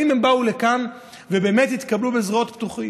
האם הם באו לכאן ובאמת התקבלו בזרועות פתוחות?